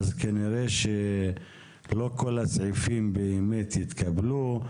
אז כנראה שלא כל הסעיפים באמת יתקבלו.